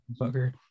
bugger